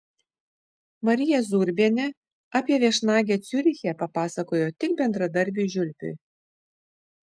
marija zurbienė apie viešnagę ciuriche papasakojo tik bendradarbiui žiulpiui